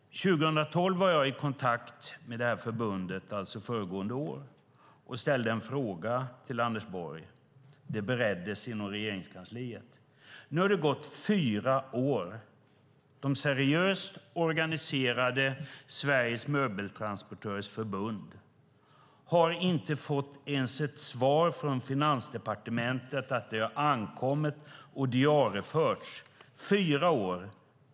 År 2012, alltså förra året, var jag i kontakt med förbundet och ställde en fråga om detta till Anders Borg. Det bereddes inom Regeringskansliet. Nu har det gått fyra år. De seriöst organiserade Sveriges Möbeltransportörers Förbund har inte fått ens ett svar från Finansdepartementet att ärendet har inkommit och diarieförts. Fyra år!